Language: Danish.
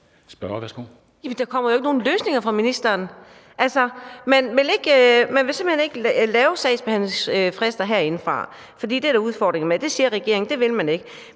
der kommer jo ikke nogen løsninger fra ministeren. Altså, man vil simpelt hen ikke lave sagsbehandlingsfrister herindefra, for det er der udfordringer med, og det siger regeringen at man ikke